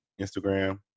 Instagram